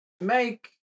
make